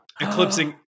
Eclipsing